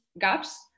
gaps